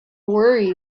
worry